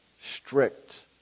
strict